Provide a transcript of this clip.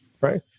right